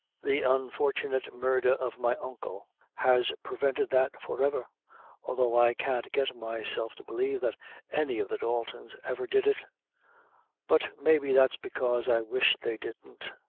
the unfortunate murdher of my uncle has prevented that for ever although i can't get myself to believe that any of the daltons ever did it but maybe that's because i wish they didn't.